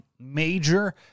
major